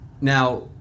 Now